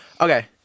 Okay